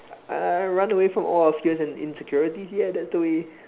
I'll run away from all our fear and insecurities ya that's the way